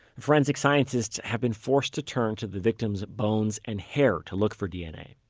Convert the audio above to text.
forensic scientists have been forced to turn to the victims' bones and hair to look for dna.